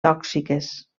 tòxiques